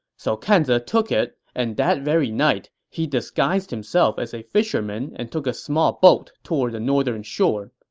so kan ze took it and that very night, he disguised himself as a fisherman and took a small boat toward the northern shore.